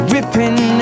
Ripping